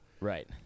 Right